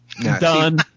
Done